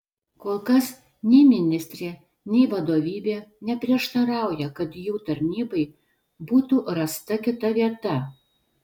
kol kas nei ministrė nei vadovybė neprieštarauja kad jų tarnybai būtų rasta kita vieta